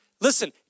listen